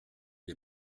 les